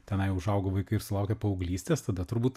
tenai užaugo vaikai ir sulaukė paauglystės tada turbūt